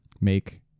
make